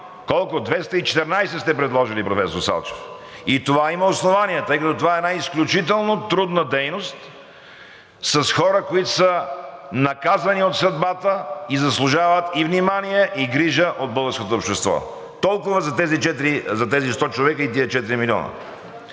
колко – 214 сте предложили, професор Салчев? И това има основание, тъй като това е една изключително трудна дейност с хора, които са наказани от съдбата и заслужават и внимание, и грижа от българското общество. Толкова за тези 100 човека и тези 4 милиона.